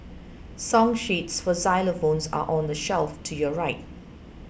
song sheets for xylophones are on the shelf to your right